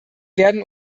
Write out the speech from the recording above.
werden